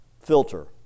filter